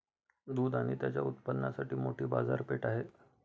दूध आणि त्याच्या उत्पादनांची मोठी बाजारपेठ आहे